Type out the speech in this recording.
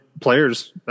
players